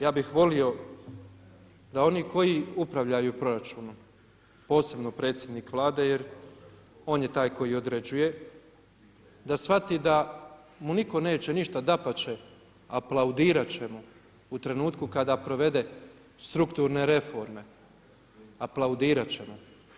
Ja bih volio da oni koji upravljaju proračunom posebno predsjednik Vlade jer on je taj koji određuje, da shvati da mu niko neće ništa, dapače aplaudirat ćemo u trenutku kada provede strukturne reforme, aplaudirat ćemo.